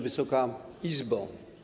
Wysoka Izbo!